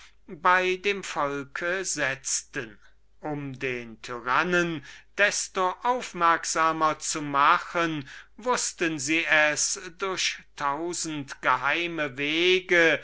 bei dem volke setzten um den tyrannen desto aufmerksamer zu machen wußten sie es durch tausend geheime wege